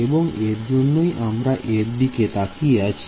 এবং এর জন্যই আমরা এর দিকে তাকিয়ে আছি